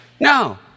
No